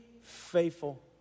faithful